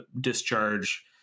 discharge